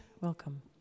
welcome